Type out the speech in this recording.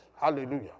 Hallelujah